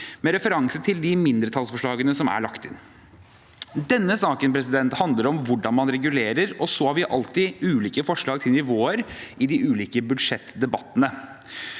med referanse til de mindretallsforslagene som er lagt inn. Denne saken handler om hvordan man regulerer, og så har vi alltid ulike forslag til nivåer i de ulike budsjettdebattene.